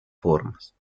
formas